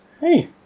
Hey